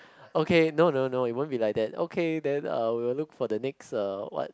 okay no no no it won't be like that okay then uh we will look for the next uh what